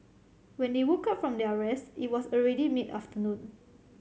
when they woke up from their rest it was already mid afternoon